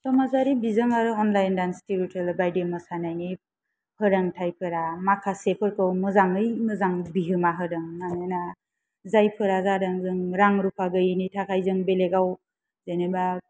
समाजारि बिजों आरो अनलाइन डान्स मोसानायनि फोरोंथाइफोरा माखासेफोरखौ मोजाङै मोजां बिहोमा होदों मानोना जायफोरा जादों रां रुफा गैयैनि थाखाय जों बेलेगाव जेनेबा